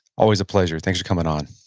always a pleasure. thanks for coming on